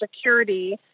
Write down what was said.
Security